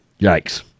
Yikes